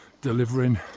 delivering